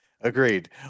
Agreed